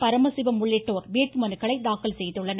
பரமசிவம் உள்ளிட்டோர் வேட்புமனுக்களை தாக்கல் செய்துள்ளனர்